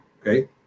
okay